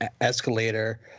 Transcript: escalator